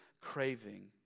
craving